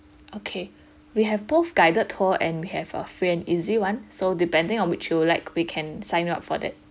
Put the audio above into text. okay we have both guided tour and we have a free and easy one so depending on which you like we can sign in up for that